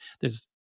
There's-